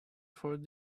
from